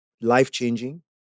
life-changing